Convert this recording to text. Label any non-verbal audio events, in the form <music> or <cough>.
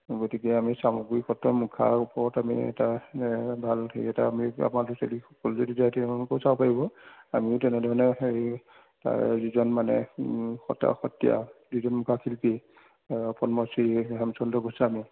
গতিকে আমি চামগুৰি সত্ৰৰ মুখাৰ ওপৰত আমি এটা ভাল হেৰি এটা <unintelligible> চাব পাৰিব আমিও তেনেধৰণে হেৰি যিজন মানে সত্ৰৰ সত্ৰীয়া যিজন মুখা শিল্পী পদ্মশ্ৰী হেমচন্দ্ৰ গোস্বামী